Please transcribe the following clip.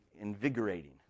invigorating